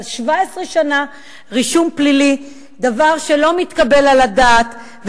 אבל 17 שנה רישום פלילי זה דבר שלא מתקבל על הדעת,